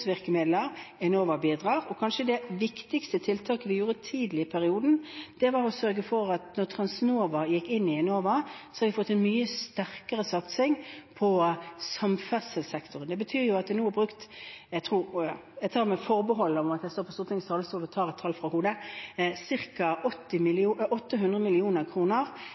Enova bidrar. Og kanskje det viktigste tiltaket vi gjorde tidlig i perioden, var å sørge for, da Transnova gikk inn i Enova, at vi fikk en mye sterkere satsing på samferdselssektoren. Det betyr at vi nå har brukt – med forbehold om at jeg står på Stortingets talerstol og tar dette tallet fra hodet – ca. 800